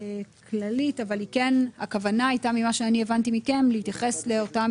כללית, אבל הכוונה הייתה להתייחס לאותם